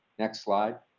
next slide.